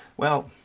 well,